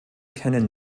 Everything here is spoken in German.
kennen